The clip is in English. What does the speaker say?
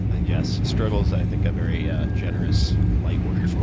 yes, struggle is i think a very ah generous light word